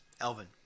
Elvin